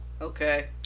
Okay